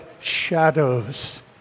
shadows